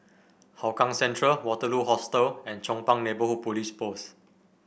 Hougang Central Waterloo Hostel and Chong Pang Neighbourhood Police Post